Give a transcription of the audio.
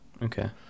Okay